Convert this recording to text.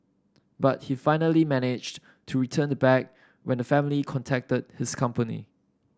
but he finally managed to return the bag when the family contacted his company